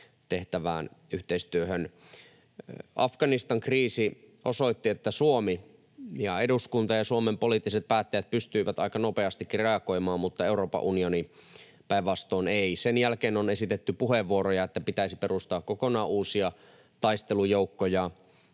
tehtävään yhteistyöhön. Afganistan-kriisi osoitti, että Suomi ja eduskunta ja Suomen poliittiset päättäjät pystyivät aika nopeastikin reagoimaan, mutta Euroopan unioni päinvastoin ei. Sen jälkeen on esitetty puheenvuoroja, että pitäisi perustaa kokonaan uusia taistelujoukkoja.